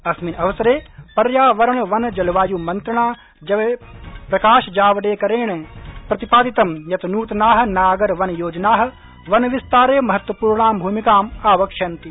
अस्मिन् अवसरे पर्यावरण वन जलवाय् मंत्रिणा प्रकाशजावडेकरेण प्रतिपादितं यत् नूतना नागर वन योजना वनविस्तारे महत्वपूर्णां भूमिकां आवक्ष्यन्ति